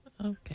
Okay